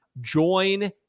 Join